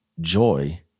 Joy